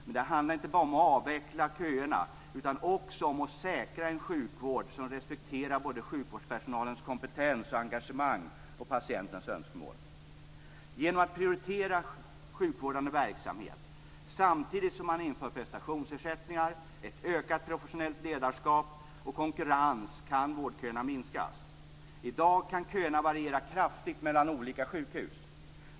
Men det handlar inte bara om att avveckla köerna utan också om att säkra en sjukvård som respekterar både sjukvårdspersonalens kompetens och engagemang och patientens önskemål. Genom att prioritera sjukvårdande verksamhet samtidigt som man inför prestationsersättningar, ett ökat professionellt ledarskap och konkurrens kan vårdköerna minskas. I dag kan köerna variera kraftigt mellan olika sjukhus.